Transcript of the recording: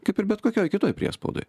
kaip ir bet kokioj kitoj priespaudoj